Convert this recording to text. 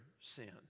sin